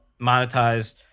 monetize